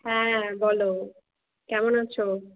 হ্যাঁ বলো কেমন আছো